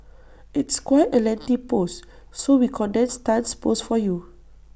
it's quite A lengthy post so we condensed Tan's post for you